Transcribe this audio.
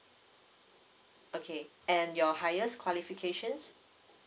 okay and your highest qualifications